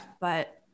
But-